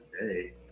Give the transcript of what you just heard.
today